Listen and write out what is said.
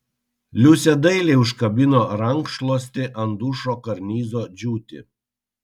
liusė dailiai užkabino rankšluostį ant dušo karnizo džiūti